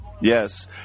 Yes